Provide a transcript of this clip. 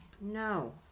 No